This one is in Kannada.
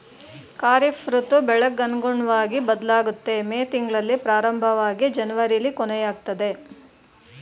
ಖಾರಿಫ್ ಋತು ಬೆಳೆಗ್ ಅನುಗುಣ್ವಗಿ ಬದ್ಲಾಗುತ್ತೆ ಮೇ ತಿಂಗ್ಳಲ್ಲಿ ಪ್ರಾರಂಭವಾಗಿ ಜನವರಿಲಿ ಕೊನೆಯಾಗ್ತದೆ